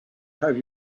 have